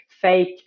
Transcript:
fake